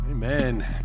Amen